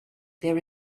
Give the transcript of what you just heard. there